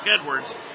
Edwards